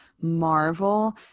marvel